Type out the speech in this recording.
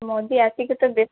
ମୋଦି ଆସିକି ତ